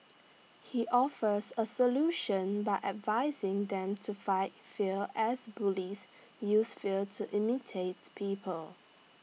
he offers A solution by advising them to fight fear as bullies use fear to imitate people